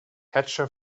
hatcher